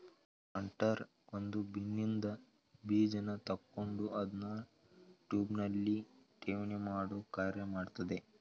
planter ಒಂದು ಬಿನ್ನಿನ್ದ ಬೀಜನ ತಕೊಂಡು ಅದ್ನ ಟ್ಯೂಬ್ನಲ್ಲಿ ಠೇವಣಿಮಾಡೋ ಕಾರ್ಯ ಮಾಡ್ತದೆ